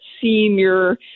senior